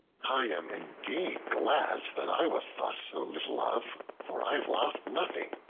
i am indeed glad that i was thought so little of, for i have lost nothing,